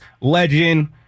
legend